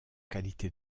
qualité